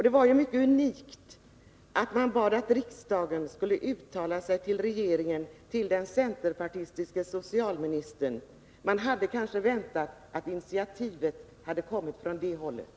Det var ju mycket unikt att man bad att riksdagen skulle uttala sig till regeringen, till den centerpartistiska socialministern. Vi hade kanske väntat att initiativet hade kommit från det hållet.